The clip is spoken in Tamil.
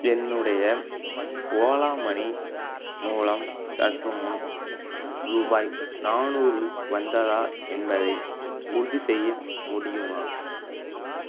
என்னுடைய ஓலா மனி மூலம் சற்றுமுன் ரூபாய் நானூறு வந்ததா என்பதை உறுதிசெய்ய முடியுமா